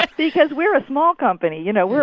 because we're a small company. you know, we're,